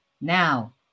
Now